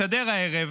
משדר הערב